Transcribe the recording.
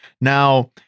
Now